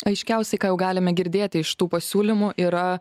aiškiausiai ką jau galime girdėti iš tų pasiūlymų yra